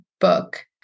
book